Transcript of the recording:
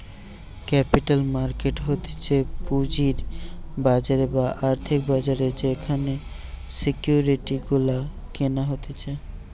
capital market হতিছে পুঁজির বাজার বা আর্থিক বাজার যেখানে সিকিউরিটি গুলা কেনা হতিছে